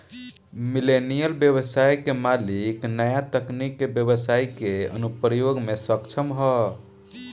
millennial ब्यबसाय के मालिक न्या तकनीक के ब्यबसाई के अनुप्रयोग में सक्षम ह